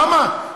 למה?